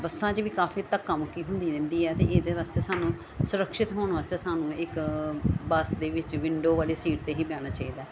ਬੱਸਾਂ 'ਚ ਵੀ ਕਾਫੀ ਧੱਕਾ ਮੁੱਕੀ ਹੁੰਦੀ ਰਹਿੰਦੀ ਆ ਅਤੇ ਇਹਦੇ ਵਾਸਤੇ ਸਾਨੂੰ ਸੁਰੱਕਸ਼ਿਤ ਹੋਣ ਵਾਸਤੇ ਸਾਨੂੰ ਇੱਕ ਬੱਸ ਦੇ ਵਿੱਚ ਵਿੰਡੋ ਵਾਲੀ ਸੀਟ 'ਤੇ ਹੀ ਬਹਿਣਾ ਚਾਹੀਦਾ